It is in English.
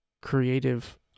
creative